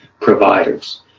providers